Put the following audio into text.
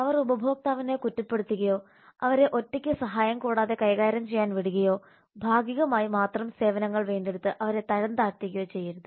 അവർ ഉപഭോക്താവിനെ കുറ്റപ്പെടുത്തുകയോ അവരെ ഒറ്റക്ക് സഹായം കൂടാതെ കൈകാര്യം ചെയ്യാൻ വിടുകയോ ഭാഗികമായി മാത്രം സേവനങ്ങൾ വീണ്ടെടുത്ത് അവരെ തരംതാഴ്ത്തുകയോ ചെയ്യരുത്